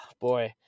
boy